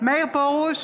מאיר פרוש,